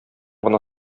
гына